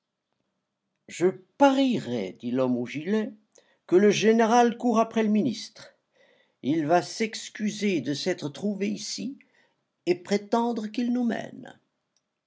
je parierais dit l'homme aux gilets que le général court après le ministre il va s'excuser de s'être trouvé ici et prétendre qu'il nous mène